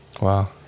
Wow